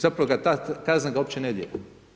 Zapravo ga ta kazna ga uopće ne dira.